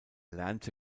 lernte